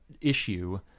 issue